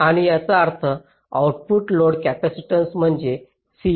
आणि याचा अर्थ आउटपुट लोड कॅपेसिटन्स म्हणजे CL